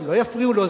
הם לא יפריעו לו,